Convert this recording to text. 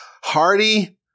Hardy